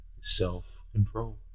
Self-control